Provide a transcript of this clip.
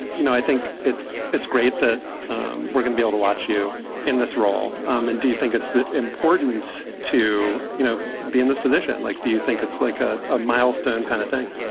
you know, i think it's it's great that we're gonna be able to watch you in this role. um and do you think it's that important to, you know, be in this position? like, do you think it's like a ah milestone kind of thing?